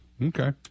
Okay